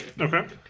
Okay